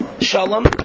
shalom